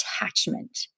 attachment